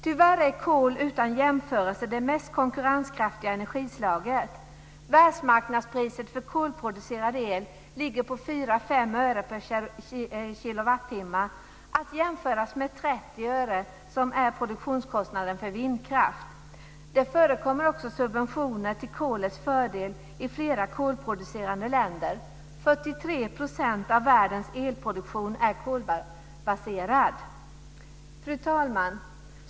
Tyvärr är kol utan jämförelse det mest konkurrenskraftiga energislaget. Världsmarknadspriset för kolproducerad el ligger på 4-5 öre per kWh att jämföras med 30 öre som är produktionskostnaden för vindkraft. Det förekommer också subventioner till kolets fördel i flera kolproducerande länder. 43 % av världens elproduktion är kolbaserad. Fru talman!